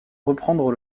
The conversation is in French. reprendre